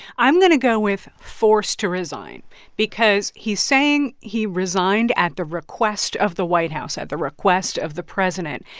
i'm going to go with forced to resign because he's saying he resigned at the request of the white house, at the request of the president.